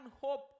hope